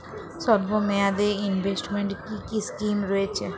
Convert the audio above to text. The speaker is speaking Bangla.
স্বল্পমেয়াদে এ ইনভেস্টমেন্ট কি কী স্কীম রয়েছে?